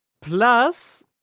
Plus